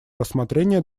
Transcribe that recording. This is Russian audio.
рассмотрения